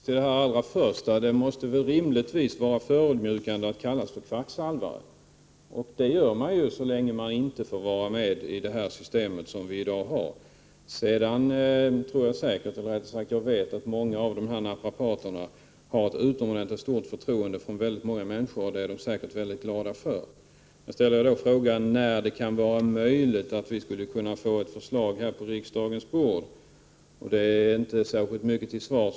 Herr talman! Allra först: Det måste rimligtvis vara förödmjukande att bli kallad för kvacksalvare — som man ju blir kallad så länge som man inte är ansluten till det försäkringssystem som vi i dag har. Väldigt många människor visar gruppen naprapater ett utomordentligt stort förtroende, vilket naprapaterna säkert också är mycket glada för. Jag har frågat: När kan det vara möjligt att få ett förslag på riksdagens bord i denna fråga? Vad Aina Westin här har sagt är inte särskilt mycket till svar.